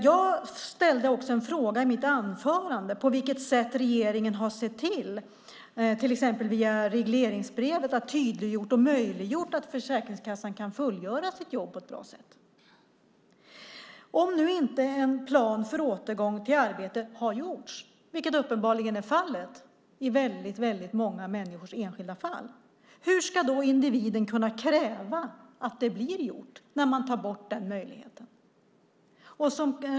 Jag ställde också frågan i mitt anförande på vilket sätt regeringen har sett till, till exempel via regleringsbrevet, att möjliggöra för Försäkringskassan att fullgöra sitt jobb på ett bra sätt. Om nu inte en plan för återgång till arbete har gjorts, vilket uppenbarligen är fallet i väldigt många enskilda fall, hur ska då individen kunna kräva att det blir gjort när man tar bort den möjligheten?